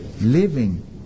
living